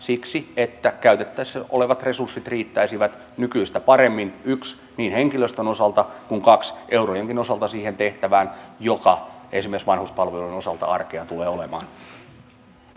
siksi että käytettävissä olevat resurssit riittäisivät nykyistä paremmin niin henkilöstön osalta kuin eurojenkin osalta siihen tehtävään joka esimerkiksi vanhuspalvelujen osalta arkea tulee olemaan